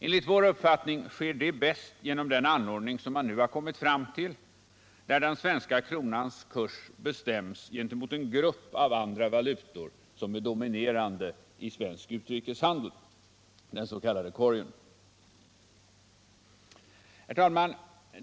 Enligt vår uppfattning sker det bäst genom den anordning som man nu har kommit fram till, där den svenska kronans kurs bestäms gentemot en grupp av andra valutor, som är dominerande i svensk utrikeshandel, den så kallade korgen.